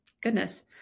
goodness